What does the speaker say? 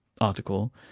article